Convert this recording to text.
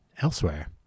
elsewhere